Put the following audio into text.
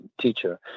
teacher